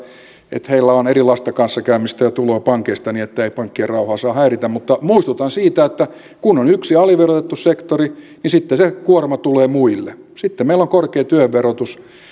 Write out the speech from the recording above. että heillä on erilaista kanssakäymistä ja tuloa pankeista niin ettei pankkien rauhaa saa häiritä mutta muistutan siitä että kun on yksi aliverotettu sektori niin sitten se kuorma tulee muille sitten meillä on korkea työn verotus